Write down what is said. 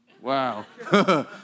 Wow